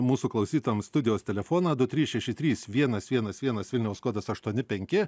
mūsų klausytojams studijos telefoną du trys šeši trys vienas vienas vienas vilniaus kodas aštuoni penki